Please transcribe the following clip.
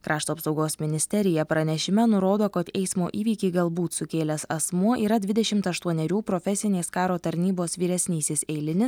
krašto apsaugos ministerija pranešime nurodo kad eismo įvykį galbūt sukėlęs asmuo yra dvidešimt aštuonerių profesinės karo tarnybos vyresnysis eilinis